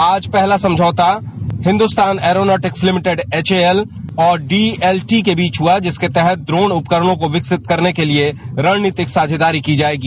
आज पहला समझौता पत्र Hindustan Aeronautics Limited HAL DDT के बीच हुआ जिसके तहत द्रोण उपकरणों को विकसित करने के लिए रणनीतिक साझेदारी की जाएगी